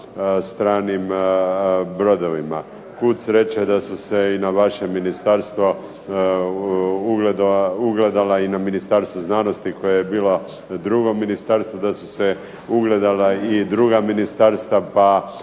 Kud sreće da su se i na vaše ministarstvo ugledala i na Ministarstvo znanosti koje je bilo drugo ministarstvo, da su se ugledala i druga ministarstva pa